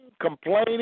complaining